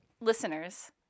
listeners